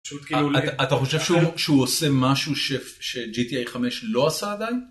אתה חושב שהוא עושה משהו ש gta 5 לא עשה עדיין?